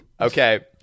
Okay